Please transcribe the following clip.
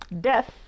death